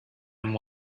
and